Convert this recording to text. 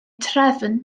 trefn